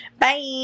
Bye